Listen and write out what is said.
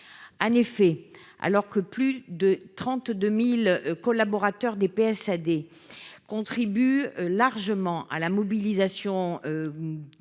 en effet alors que plus de 32000 collaborateurs des PS contribue largement à la mobilisation